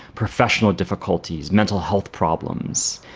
professional difficulties, mental health problems.